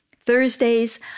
Thursdays